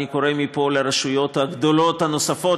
אני קורא מפה לרשויות הגדולות הנוספות